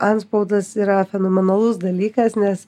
antspaudas yra fenomenalus dalykas nes